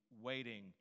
waiting